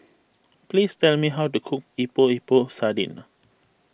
please tell me how to cook Epok Epok Sardin